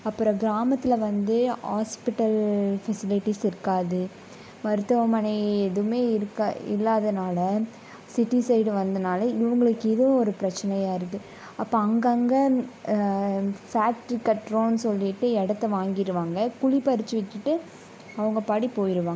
அப்புறோம் கிராமத்தில் வந்து ஆஸ்பிட்டல் ஃபெசிலிட்டிஸ் இருக்காது மருத்துமனை எதுவுமே இருக்கா இல்லாததுனால சிட்டி சைட் வந்ததனால இவங்களுக்கு இதுவும் ஒரு பிரச்சனையாறது அப்போ அங்கங்கே ஃபேக்ட்ரி கட்டுறோன்னு சொல்லிட்டு இடத்த வாங்கிடுவாங்க குழி பறிச்சு வச்சுட்டு அவங்க பாடு போயிடுவாங்க